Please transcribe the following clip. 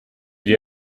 gli